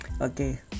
okay